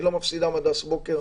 היא לא מפסידה מד"ס בוקר,